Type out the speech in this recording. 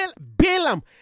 Balaam